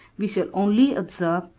we shall only observe,